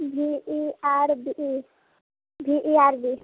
ji E R E G E R D